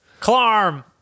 Clarm